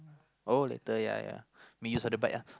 uh later ya ya we use for the back ah